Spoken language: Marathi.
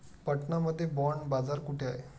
पटना मध्ये बॉंड बाजार कुठे आहे?